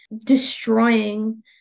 destroying